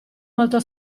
molto